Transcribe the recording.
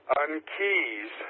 unkeys